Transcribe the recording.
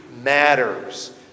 matters